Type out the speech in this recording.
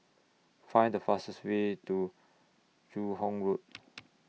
Find The fastest Way to Joo Hong Road